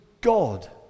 God